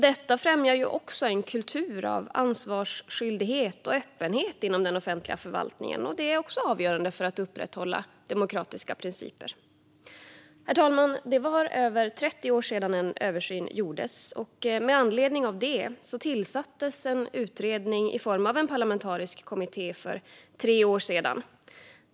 Det främjar också en kultur av ansvarsskyldighet och öppenhet inom den offentliga förvaltningen, vilket är avgörande för att upprätthålla demokratiska principer. Herr talman! Det är över 30 år sedan en översyn gjordes. Med anledning av det tillsattes för tre år sedan en utredning i form av en parlamentarisk kommitté.